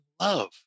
love